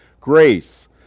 grace